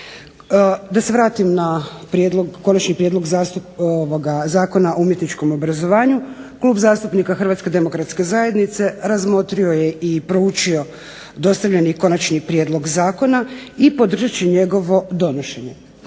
Da se vratim na prijedlog, Konačni prijedlog Zakona o umjetničkom obrazovanju, klub zastupnika Hrvatske demokratske zajednice razmotrio je i proučio dostavljeni konačni prijedlog zakona i podržat će njegovo donošenje.